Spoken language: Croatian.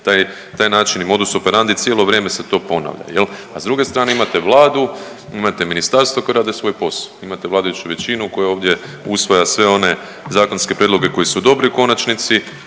taj način i modus operandi cijelo vrijeme se to ponavlja jel. A s druge strane imate Vladu, imate ministarstva koji rade svoj posao. Imate vladajuću većinu koja ovdje usvaja sve one zakonske prijedloge koji su dobri u konačnici.